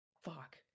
Fuck